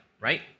right